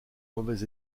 mauvais